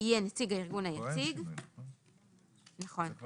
יהיה נציג הארגון היציג, את סדרי